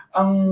ang